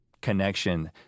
connection